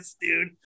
dude